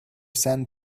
san